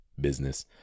business